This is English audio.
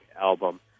album